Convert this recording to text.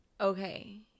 okay